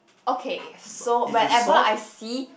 okay so whenever I see